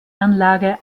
anlage